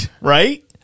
Right